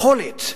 יכולת,